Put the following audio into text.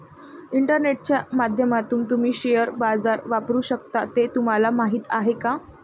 इंटरनेटच्या माध्यमातून तुम्ही शेअर बाजार वापरू शकता हे तुम्हाला माहीत आहे का?